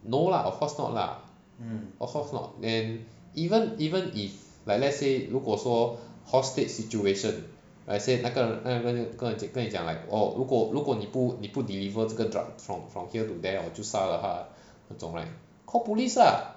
no lah of course not lah of course not then even even if like let's say 如果说 hostage situation like say 那个人那个人跟你讲 like oh 如果如果你不你不 deliver 这个 drug from from here to there hor 就杀了他 right call police lah